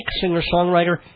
singer-songwriter